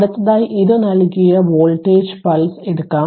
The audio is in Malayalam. അടുത്തതായി ഇത് നൽകിയ വോൾട്ടേജ് പൾസ് എടുക്കും